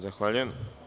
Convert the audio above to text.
Zahvaljujem.